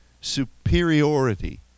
superiority